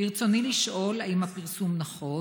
ברצוני לשאול: 1. האם הפרסום נכון?